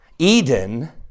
Eden